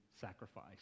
sacrifice